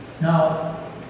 Now